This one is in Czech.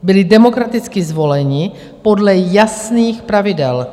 Byli demokraticky zvoleni podle jasných pravidel.